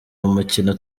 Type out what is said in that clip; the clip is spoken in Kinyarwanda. umukino